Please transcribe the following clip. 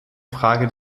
frage